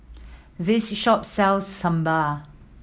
this shop sells Sambal